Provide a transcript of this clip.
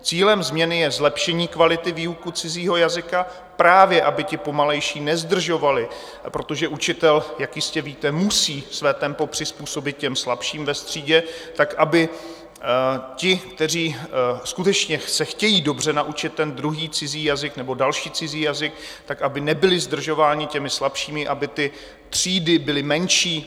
Cílem změny je zlepšení kvality výuky cizího jazyka, právě aby ti pomalejší nezdržovali, protože učitel, jak jistě víte, musí své tempo přizpůsobit těm slabším ve třídě tak, aby ti, kteří skutečně se chtějí dobře naučit druhý cizí jazyk nebo další cizí jazyk, aby nebyli zdržováni těmi slabšími, aby ty třídy byly menší.